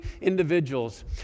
individuals